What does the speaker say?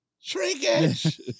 shrinkage